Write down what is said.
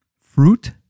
fruit